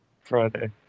friday